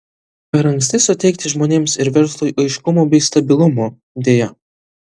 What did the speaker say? per anksti suteikti žmonėms ir verslui aiškumo bei stabilumo deja